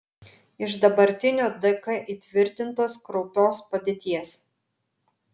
iš dabartinio dk įtvirtintos kraupios padėties